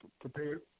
prepared